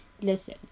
listen